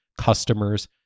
customers